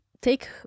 take